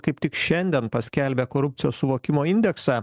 kaip tik šiandien paskelbė korupcijos suvokimo indeksą